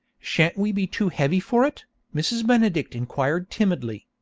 shan't we be too heavy for it mrs. benedict inquired timidly.